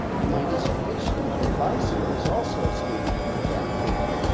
and my dissertation advisor was also a student or john tookie.